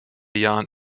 jahren